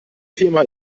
firma